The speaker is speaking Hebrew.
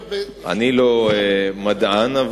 אני לא מדען.